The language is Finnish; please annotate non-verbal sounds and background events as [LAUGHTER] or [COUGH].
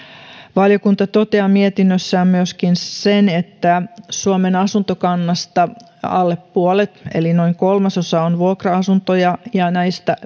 valiokunta toteaa mietinnössään myöskin sen että suomen asuntokannasta alle puolet eli noin kolmasosa on vuokra asuntoja ja näistä [UNINTELLIGIBLE]